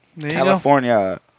California